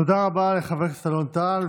תודה רבה לחבר הכנסת אלון טל,